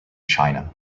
china